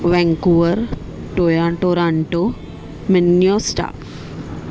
Vancouver टोयान Toronto मिन्योस्टाक